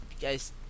guys